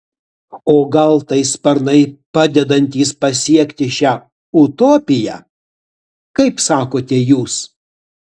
o gal tai sparnai padedantys pasiekti šią utopiją kaip sakote jūs